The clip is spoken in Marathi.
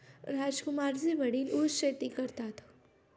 राजकुमारचे वडील ऊस शेती करतात